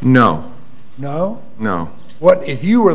no no no what if you were